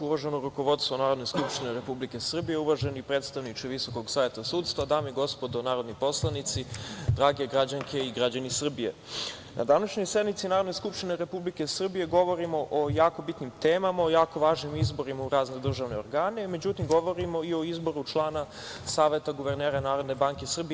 Uvaženo rukovodstvo Narodne skupštine Republike Srbije, uvaženi predstavniče Visokog saveta sudstva, dame i gospodo narodni poslanici, drage građanke i građani Srbije, na današnjoj sednici Narodne skupštine Republike Srbije govorimo o jako bitnim temama, o jako važnim izborima u razne državne organe, međutim govorimo i o izboru člana Saveta guvernera Narodne banke Srbije.